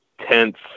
tense